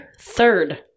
third